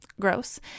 Gross